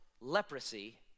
leprosy